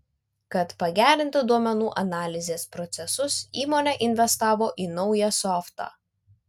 kad pagerinti duomenų analizės procesus įmonė investavo į naują softą